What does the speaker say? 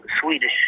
Swedish